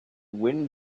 wind